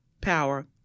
Power